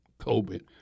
COVID